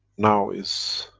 now is,